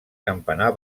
campanar